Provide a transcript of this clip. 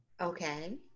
Okay